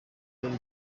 ari